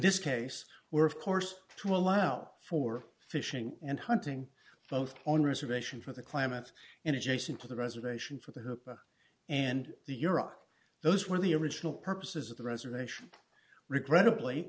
this case were of course to allow for fishing and hunting both on reservation for the klamath and adjacent to the reservation for the hook and the euro those were the original purposes of the reservation regrettably